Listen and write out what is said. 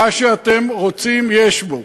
מה שאתם רוצים יש בו.